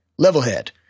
Levelhead